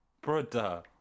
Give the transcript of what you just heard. brother